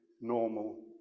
normal